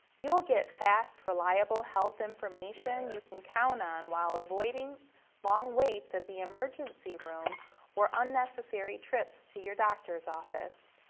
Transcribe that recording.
you'll get fast, reliable health information you can count on while avoiding long waits at the emergency room or unnecessary trips to your doctor's office.